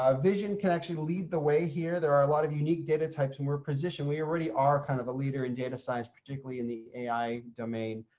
vision can actually lead the way here. there are a lot of unique data types and we're positioned. we already are kind of a leader in data science, particularly in the ai domain.